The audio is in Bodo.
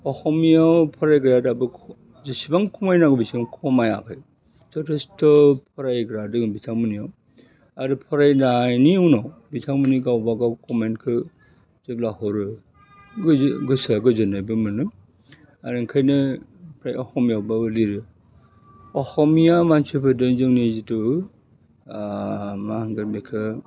अखमियायाव फरायग्राया दाबो ख जिसिबां खमायनांगौ खमायाखै जथेस्त फरायग्रा दोङो बिथांमोननिया आरो फरायनायनि उनाव बिथांमोननि गावबा गाव कमेन्टखो जेब्ला हरो गोजो गोसोआ गोजोननायबो मोनो आरो ओंखायनो ओमफ्राय अखमियावबाबो लिरो अखमिया मानसिफोरजों जोंनि जितु मा होनगोन बेखो